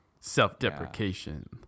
Self-deprecation